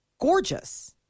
gorgeous